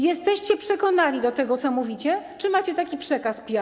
Jesteście przekonani do tego, co mówicie, czy macie taki przekaz PR-owy?